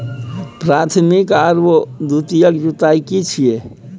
प्राथमिक आरो द्वितीयक जुताई की छिये?